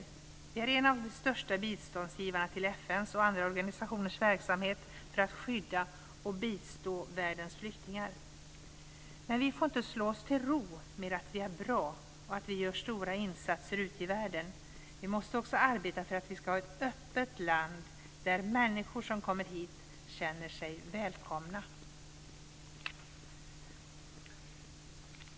Sverige är en av de största biståndsgivarna till FN:s och andra organisationers verksamhet för att skydda och bistå världens flyktingar. Men vi får inte slå oss till ro med att vi är bra och att vi gör stora insatser ute i världen. Vi måste också arbeta för att vi ska ha ett öppet land där människor som kommer hit känner sig välkomna.